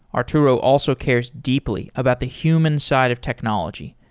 arturo also cares deeply about the human side of technology.